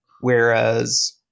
whereas